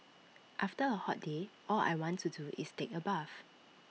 after A hot day all I want to do is take A bath